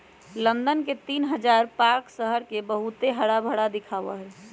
London के तीन हजार पार्क शहर के बहुत हराभरा दिखावा ही